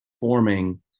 forming